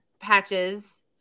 patches